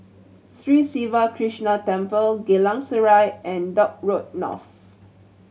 Sri Siva Krishna Temple Geylang Serai and Dock Road North